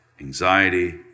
anxiety